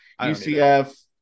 UCF